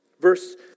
Verse